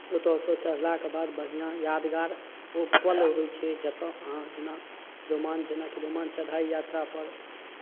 ओतयसँ चढ़लाके बाद बढ़िआँ यादगार ओ पल होइ छै जतय अहाँ जेना रोमांच जनक रोमांच चढ़ाइ यात्रापर